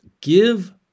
give